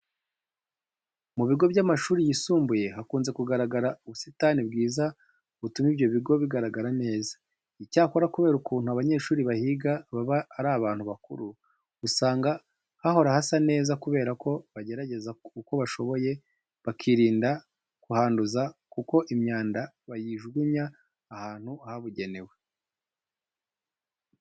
Mu bigo by'amashuri yisumbuye hakunze kugaragara ubusitani bwiza butuma ibyo bigo bigaragara neza. Icyakora kubera ukuntu abanyeshuri bahiga baba ari abantu bakuru, usanga hahora hasa neza kubera ko bagerageza uko bashoboye bakirinda kuhanduza kuko imyanda bayijugunya ahantu habugenewe.